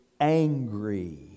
angry